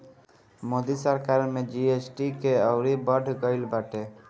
मोदी सरकार में जी.एस.टी के अउरी बढ़ गईल बाटे